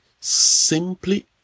simply